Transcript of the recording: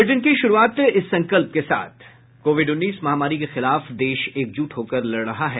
bulletin की शुरूआत इस संकल्प के साथ कोविड उन्नीस महामारी के खिलाफ देश एकजुट होकर लड़ रहा है